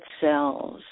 cells